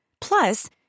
Plus